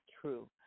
true